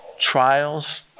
Trials